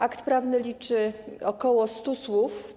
Akt prawny liczy ok. 100 słów.